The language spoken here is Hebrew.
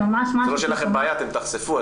זה לא שאין לכם בעיה, אתם תחשפו.